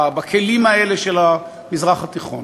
בכלים האלה של המזרח התיכון,